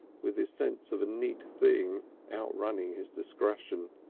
with his sense of a neat thing outrunning his discretion.